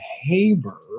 Haber